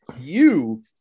you-